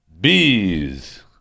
bees